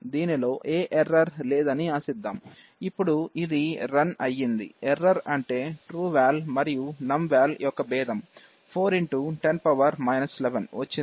దీనిలో ఏ ఎర్రర్ లేదని ఆశిద్దాం ఇప్పుడు ఇది రన్ అయ్యింది ఎర్రర్ అంటే trueVal మరియు numVal యొక్క భేదం 4 10 11 వచ్చింది